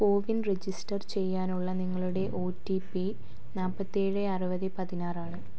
CoWIN register ചെയ്യാനുള്ള നിങ്ങളുടെ O T P നാല്പത്തിയേഴ് അറുപത് പതിനാറാണ്